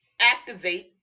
activate